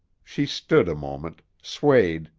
she stood a moment, swayed,